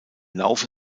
laufe